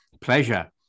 pleasure